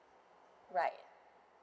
right